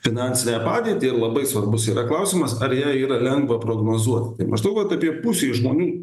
finansinę padėtį labai svarbus yra klausimas ar ją yra lengva prognozuoti tai maždaug vat apie pusė žmonių